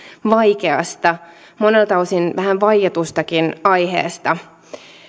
vaikeasta monelta osin vähän vaietustakin aiheesta